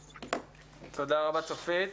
תודה רבה, צופית.